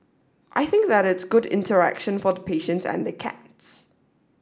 I think that it's good interaction for the patients and the cats